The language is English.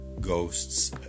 Ghosts